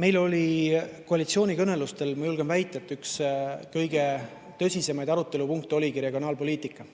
Aitäh! Koalitsioonikõnelustel, ma julgen väita, oli üks kõige tõsisemaid arutelupunkte regionaalpoliitika.